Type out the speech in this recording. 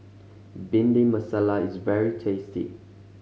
Bhindi Masala is very tasty